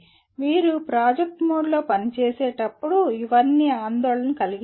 మీరు ప్రాజెక్ట్ మోడ్లో పనిచేసేటప్పుడు ఇవన్నీ ఆందోళన కలిగిస్తాయి